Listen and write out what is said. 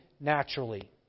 naturally